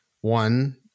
one